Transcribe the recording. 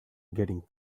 getting